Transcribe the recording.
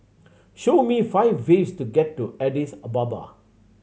show me five ways to get to Addis Ababa